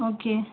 okay